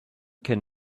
can